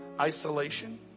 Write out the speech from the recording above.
Isolation